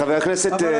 אבל,